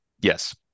Yes